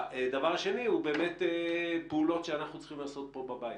הדבר השני הוא באמת פעולות שאנחנו צריכים לעשות כאן בבית.